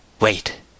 Wait